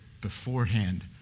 beforehand